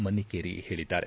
ಮನ್ನಿಕೇರಿ ಹೇಳಿದ್ದಾರೆ